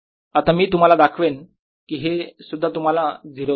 आता मी तुम्हाला दाखवेल की हे सुद्धा तुम्हाला 0 देते